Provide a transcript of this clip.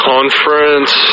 Conference